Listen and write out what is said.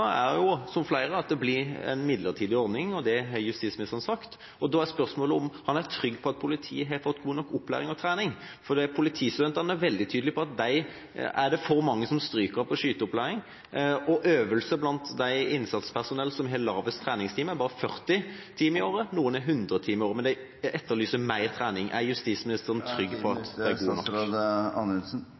som flere andre, er at det blir en midlertidig ordning, og det har justisministeren sagt at det skal bli. Da er spørsmålet om han er trygg på at politiet har fått god nok opplæring og trening. Politistudentene er veldig tydelige på at det er for mange som stryker på skyteopplæring, og at øvelse blant de av innsatspersonellet som har lavest antall treningstimer, bare utgjør 40 timer i året – noen har 100 timer i året – og de etterlyser mer trening. Er justisministeren trygg på at